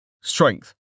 Strength